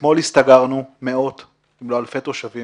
אתמול הסתגרנו, מאות, אם לא אלפי תושבים